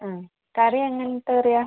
അതെ കറി എങ്ങനത്തെ കറിയാണ്